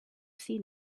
seen